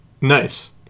Nice